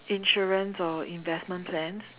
insurance or investment plans